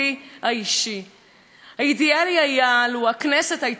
האידיאלי היה לו נמנעה הכנסת ולא נגררה